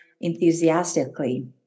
enthusiastically